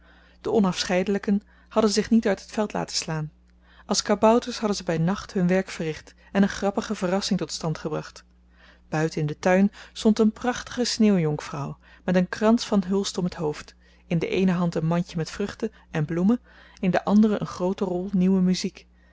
de onafscheidelijken hadden zich niet uit het veld laten slaan als kabouters hadden ze bij nacht hun werk verricht en een grappige verrassing tot stand gebracht buiten in den tuin stond een prachtige sneeuwjonkvrouw met een krans van hulst om het hoofd in de eene hand een mandje met vruchten en bloemen in de andere eene groote rol nieuwe muziek